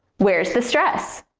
where's the stress?